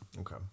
Okay